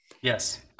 yes